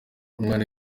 umwana